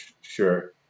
sure